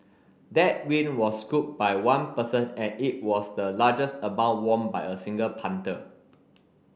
that win was scooped by one person and it was the largest amount won by a single punter